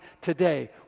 today